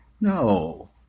No